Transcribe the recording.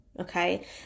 Okay